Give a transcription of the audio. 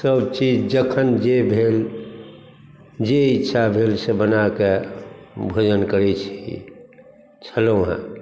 सभ चीज जखन जे भेल जे इच्छा भेल से बनाकऽ भोजन करै छी छलौहँ